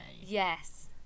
Yes